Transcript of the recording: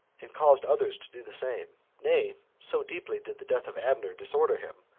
and caused others to do the same nay, so deeply did the death of abner disorder him,